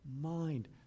mind